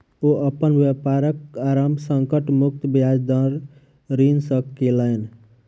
ओ अपन व्यापारक आरम्भ संकट मुक्त ब्याज दर ऋण सॅ केलैन